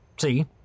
See